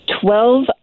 Twelve